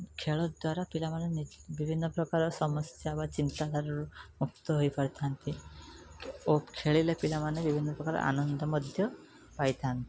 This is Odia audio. ଖେଳ ଦ୍ଵାରା ପିଲାମାନେ ନିଜ ବିଭିନ୍ନ ପ୍ରକାର ସମସ୍ୟା ବା ଚିନ୍ତାଧାରାରୁ ମୁକ୍ତ ହୋଇପାରିଥାଆନ୍ତି ଓ ଖେଳିଲେ ପିଲାମାନେ ବିଭିନ୍ନ ପ୍ରକାର ଆନନ୍ଦ ମଧ୍ୟ ପାଇଥାଆନ୍ତି